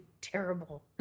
Terrible